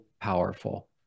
powerful